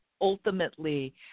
ultimately